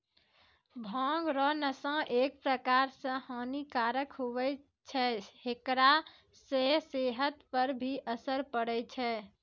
भांग रो नशा एक प्रकार से हानी कारक हुवै छै हेकरा से सेहत पर भी असर पड़ै छै